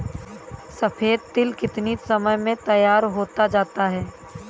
सफेद तिल कितनी समय में तैयार होता जाता है?